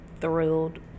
thrilled